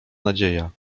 nadzieja